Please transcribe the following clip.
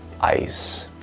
ice